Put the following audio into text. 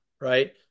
right